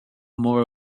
more